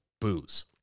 booze